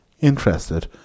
interested